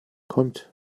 kommt